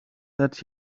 that